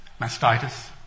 mastitis